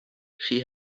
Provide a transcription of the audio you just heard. she